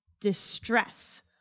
distress